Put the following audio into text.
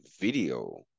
video